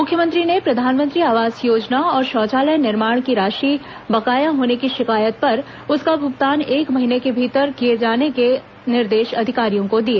मुख्यमंत्री ने प्रधानमंत्री आवास योजना और शौचालय निर्माण की राशि बकाया होने की शिकायत पर उसका भूगतान एक महीने के भीतर किए जाने निर्देश अधिकारियों को दिए